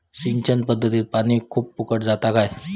सिंचन पध्दतीत पानी खूप फुकट जाता काय?